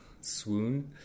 Swoon